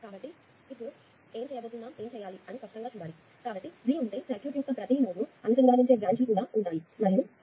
కాబట్టి ఇప్పుడు ఎం చేయబోతున్నాము ఏమి చేయాలి అని స్పష్టంగా ఉండాలి కాబట్టి ట్రీ ఉంటే సర్క్యూట్ యొక్క ప్రతి నోడ్ను అనుసంధానించే బ్రాంచ్ లు కూడా ఉంటాయి మరియు లూప్ ఉండదు